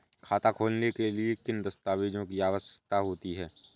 खाता खोलने के लिए किन दस्तावेजों की आवश्यकता होती है?